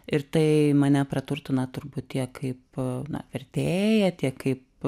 ir tai mane praturtina truputį kaip vertėją tiek kaip